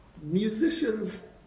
musicians